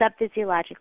subphysiologic